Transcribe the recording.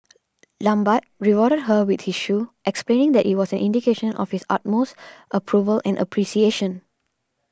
lambert rewarded her with his shoe explaining that it was an indication of his utmost approval and appreciation